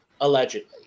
Allegedly